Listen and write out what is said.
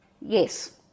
Yes